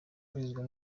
abarizwa